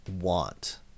want